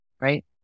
right